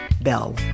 Bell